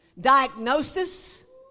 Diagnosis